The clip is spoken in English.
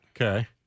okay